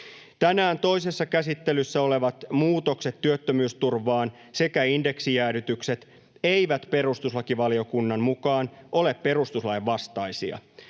Tänään toisessa käsittelyssä olevat muutokset työttömyysturvaan sekä indeksijäädytykset eivät perustuslakivaliokunnan mukaan ole perustuslain vastaisia